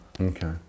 Okay